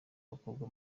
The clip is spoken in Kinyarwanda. abakobwa